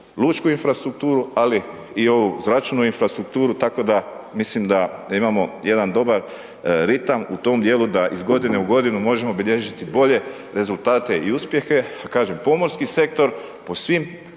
lučku infrastrukturu, ali i ovu zračnu infrastrukturu, tako da, mislim da imamo jedan dobar ritam u tom dijelu, da iz godine u godinu, možemo bilježiti bolje rezultate i uspjehe. Kažem, pomorski sektor, po svim